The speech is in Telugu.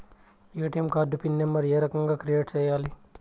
ఎ.టి.ఎం కార్డు పిన్ నెంబర్ ఏ రకంగా క్రియేట్ సేయాలి